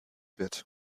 wird